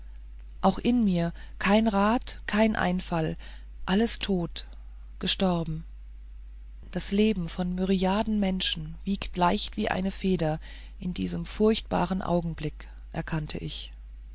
auch in mir kein rat kein einfall alles tot gestorben das leben von myriaden menschen wiegt leicht wie eine feder in diesem furchtbaren augenblick erkannte ich